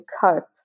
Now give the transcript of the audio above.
cope